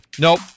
Nope